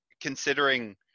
considering